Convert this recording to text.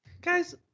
Guys